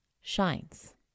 shines